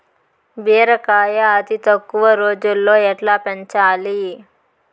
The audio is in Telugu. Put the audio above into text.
బీరకాయ అతి తక్కువ రోజుల్లో ఎట్లా పెంచాలి?